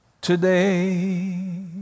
today